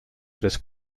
tres